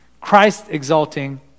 Christ-exalting